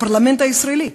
הפרלמנט הישראלי: